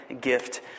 gift